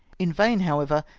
in vain, however,